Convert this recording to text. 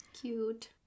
cute